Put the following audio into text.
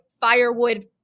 firewood